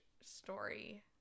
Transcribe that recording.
story